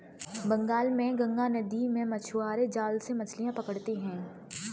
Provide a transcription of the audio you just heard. बंगाल में गंगा नदी में मछुआरे जाल से मछलियां पकड़ते हैं